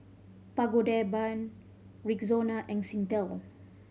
Pagoda Band Rexona and Singtel